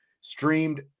streamed